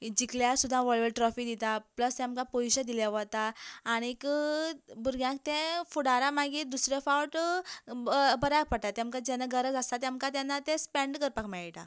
जिखल्यार सुद्दां व्हडलें व्हडलें ट्रॉफी दिता प्लस तें आमकां पयशें दिलें वता आनीक भुरग्यांक तें फुडारां मागीर दुसरें फावट बऱ्याक पडटा तेंमकां जेन्ना गरज आसता तें तेन्ना आमकां तें स्पेंड करपाक मेळटा